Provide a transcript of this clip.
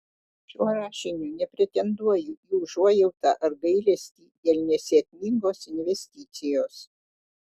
šiuo rašiniu nepretenduoju į užuojautą ar gailestį dėl nesėkmingos investicijos